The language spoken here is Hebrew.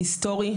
היסטורי.